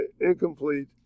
incomplete